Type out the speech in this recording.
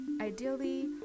ideally